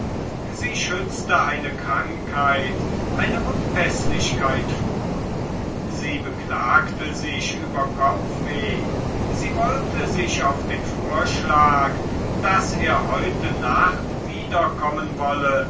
sie schützte eine krankheit eine unpäßlichkeit vor sie beklagte sich über kopfweh sie wollte sich auf den vorschlag daß er heute nacht wiederkommen wolle